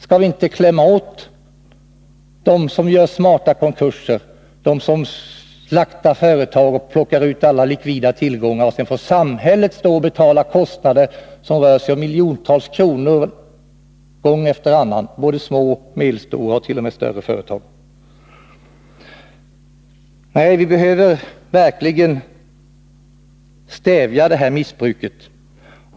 Skall vi inte klämma åt dem som gör smarta konkurser, som slaktar företag och plockar ut alla likvida tillgångar och sedan låter samhället betala kostnader på miljontals kronor gång efter annan? Det gäller ju både små, medelstora och t.o.m. större företag. Nej, vi behöver verkligen stävja detta missbruk.